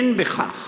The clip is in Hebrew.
אין בכך